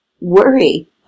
worry